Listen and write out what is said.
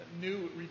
new